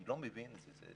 אני לא מבין את זה.